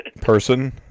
...person